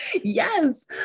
yes